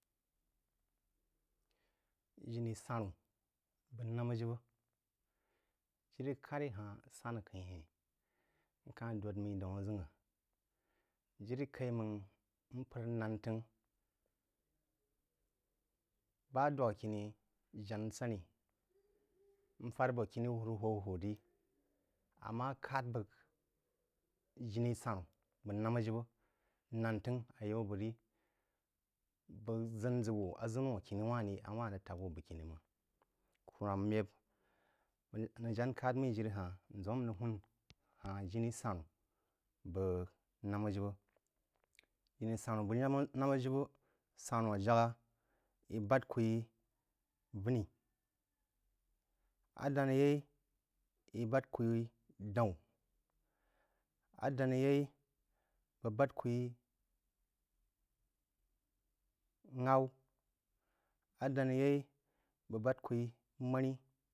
Jini sanú bəg namə jibə-jiri kaí hah-san ak’ə-hini n ka-h dōd namí daun áʒəngha jiri kaí máng mpər nān t’əngh bo dwag a-khini jana-nsaní n fār abo khi-ni hurhwú hwūb rī amma kād bəg jini sanu̇ bəg namā jībə, nān t’əngh ayai bəg ri bəg ʒən ʒə wu aʒənu a khīni-wahn ri a wahn rəg tak wú bəg kini ma̍ng. Kùnúmān m’ēb nəngh ján kād mimī jiri-ha-hn, n ʒəm n rəg hūn hān jini sanú bəg námā jibə. Jinī sanú bəg námā jibə sanú á jak ī bād kú yī vunī, a danā yei í bād kú yī daun, a danā yeī bəg kú yí ghaú, adanā yei bəg bād kú yi manī,